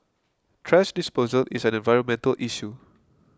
thrash disposal is an environmental issue